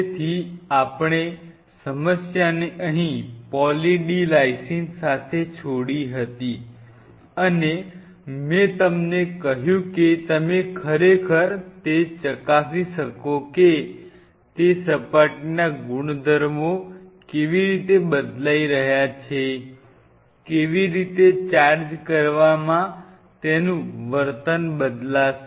તેથી આપણે સમસ્યાને અહીં પોલી D લાઈસિન સાથે છોડી હતી અને મેં તમને કહ્યું કે તમે ખરેખર તે ચકાસી શકો છો કે તે સપાટીના ગુણધર્મો કેવી રીતે બદલાઈ રહ્યા છે કેવી રીતે ચાર્જ કરવામાં તેનું વર્તન બદલાશે